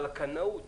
אבל הקנאות